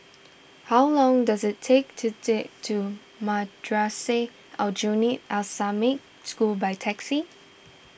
how long does it take to to Madrasah Aljunied Al Islamic School by taxi